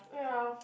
ya